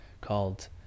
called